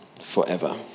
forever